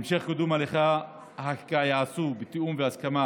המשך קידום הליכי החקיקה ייעשה בתיאום והסכמה